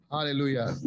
Hallelujah